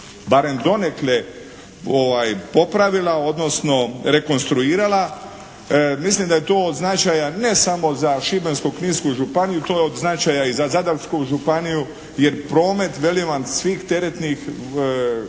barem donekle popravila odnosno rekonstruirala, mislim da je to od značaja ne samo za Šibensko-kninsku županiju, to je od značaja i za Zadarsku županiju, jer promet velim vam svih teretnih